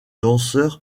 danseurs